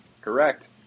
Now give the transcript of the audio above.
Correct